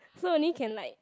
so only can like